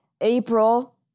April